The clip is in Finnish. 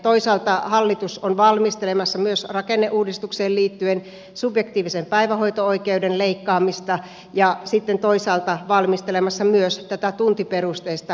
toisaalta hallitus on valmistelemassa myös rakenneuudistukseen liittyen subjektiivisen päivähoito oikeuden leikkaamista ja sitten toisaalta valmistelemassa myös tätä tuntiperusteista päivähoitoa